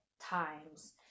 times